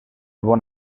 bon